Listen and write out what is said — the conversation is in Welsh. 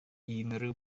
unrhyw